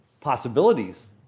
possibilities